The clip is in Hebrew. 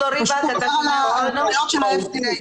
פשוט --- של ה-FDA.